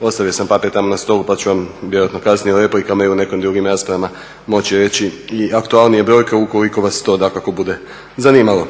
ostavio sam papir tamo na stolu pa ću vam vjerojatno kasnije u replikama ili u nekim drugim raspravama moći reći i aktualnije brojke ukoliko vas to dakako bude zanimalo.